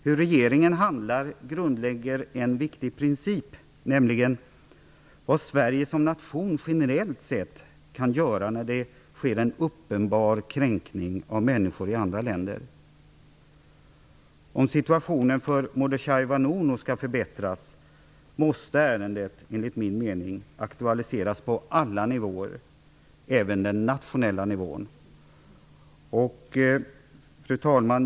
Hur regeringen handlar grundlägger en viktig princip, nämligen vad Sverige som nation generellt sett kan göra när det sker en uppenbar kränkning av människor i andra länder. Om situationen för Mordechai Vanunu skall kunna förbättras måste ärendet enligt min mening aktualiseras på alla nivåer, även den nationella nivån. Fru talman!